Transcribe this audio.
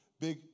big